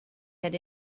had